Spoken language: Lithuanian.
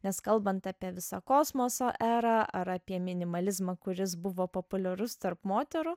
nes kalbant apie visą kosmoso erą ar apie minimalizmą kuris buvo populiarus tarp moterų